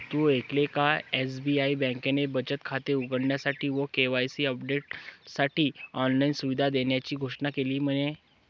तु ऐकल का? एस.बी.आई बँकेने बचत खाते उघडण्यासाठी व के.वाई.सी अपडेटसाठी ऑनलाइन सुविधा देण्याची घोषणा केली म्हने